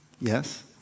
Yes